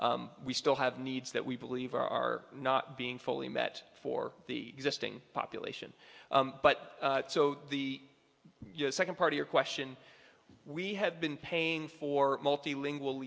we still have needs that we believe are not being fully met for the existing population but so the second part of your question we have been paying for multilingual